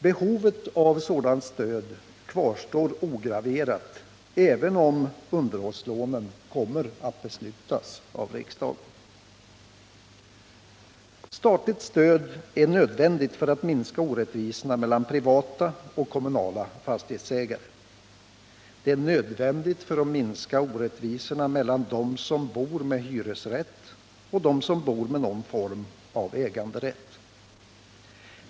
Behovet av sådant stöd kvarstår ograverat även om underhållslånen kommer att beslutas av riksdagen. Statligt stöd är nödvändigt för att minska orättvisorna mellan privata och kommunala fastighetsägare. Det är nödvändigt för att minska orättvisorna mellan dem som bor med hyresrätt och dem som bor med någon form av äganderätt.